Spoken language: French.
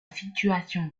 situation